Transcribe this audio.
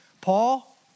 Paul